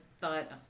thought